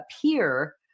appear